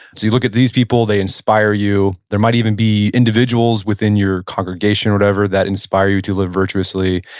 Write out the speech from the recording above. you you look at these people, they inspire you. there might even by individuals within your congregation, or whatever, that inspire you to live virtuously.